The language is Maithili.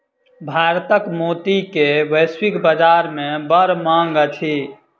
भारतक मोती के वैश्विक बाजार में बड़ मांग अछि